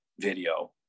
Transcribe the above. video